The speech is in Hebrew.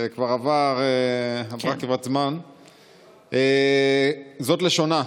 עבר זמן, וזאת לשונה: